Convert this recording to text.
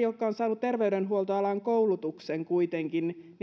jotka ovat saaneet terveydenhuoltoalan koulutuksen kuitenkin